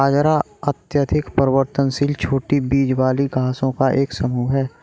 बाजरा अत्यधिक परिवर्तनशील छोटी बीज वाली घासों का एक समूह है